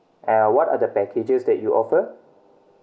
uh what are the packages that you offer